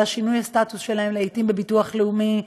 על שינוי הסטטוס שלהם לעיתים בביטוח לאומי,